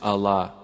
Allah